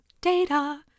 Data